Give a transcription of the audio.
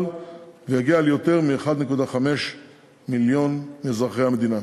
ויגיע ליותר מ-1.5 מיליון אזרחי המדינה.